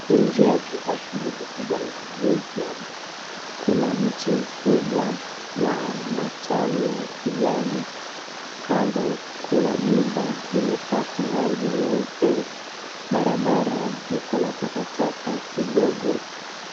Nje ya jumba hili kubwa la museum kuna mti mkubwa wa matawi ya kijani, kando kuna jumba limepakwa rangi nyeupe, barabara iko na takataka kidogo.